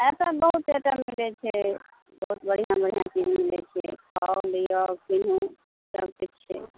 एतऽ बहुत आइटम मिलै छै बहुत बढ़िऑं बढ़िऑं चीज मिलै छै खाउ लिअ कीनू सबकिछु छै